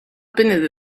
binne